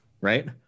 right